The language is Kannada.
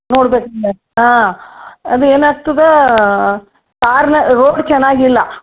ನೋಡ್ಬೇಕು ಹಾಂ ಅದು ಏನಾಗ್ತದೆ ಕಾರಿನ ರೋಡು ಚೆನ್ನಾಗಿಲ್ಲ